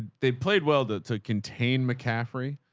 they played welded to contain mccaffrey.